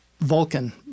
Vulcan